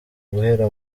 guhera